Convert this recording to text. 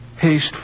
Haste